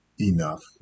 enough